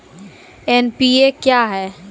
NPA क्या हैं?